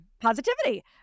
positivity